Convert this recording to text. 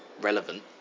relevant